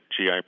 GI